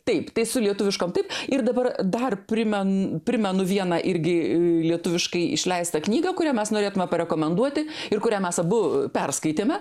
taip tai su lietuviškom taip ir dabar dar primen primenu vieną irgi lietuviškai išleistą knygą kurią mes norėtumėme parekomenduoti ir kurią mes abu perskaitėme